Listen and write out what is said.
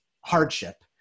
hardship